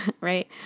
right